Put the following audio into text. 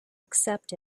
accept